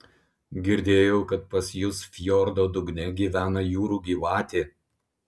girdėjau kad pas jus fjordo dugne gyvena jūrų gyvatė